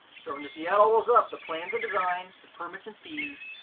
so in the fee, add all those up, the plans and design, the permits and fees,